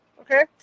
Okay